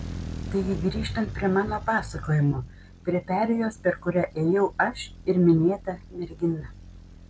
taigi grįžtant prie mano pasakojimo prie perėjos per kurią ėjau aš ir minėta mergina